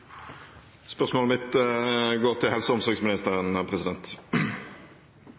Spørsmålet mitt går til helse- og omsorgsministeren.